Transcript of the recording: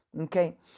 Okay